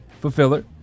fulfiller